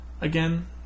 again